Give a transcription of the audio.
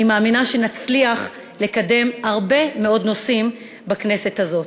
אני מאמינה שנצליח לקדם הרבה מאוד נושאים בכנסת הזאת.